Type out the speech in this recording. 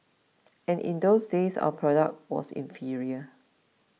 and in those days our product was inferior